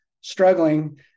struggling